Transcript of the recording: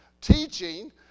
Teaching